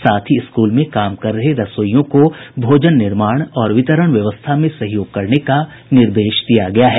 साथ ही स्कूल में काम कर रहे रसोईयों को भोजन निर्माण और वितरण व्यवस्था में सहयोग करने का निर्देश दिया गया है